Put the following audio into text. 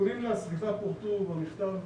הסיכונים לסביבה פורטו במכתב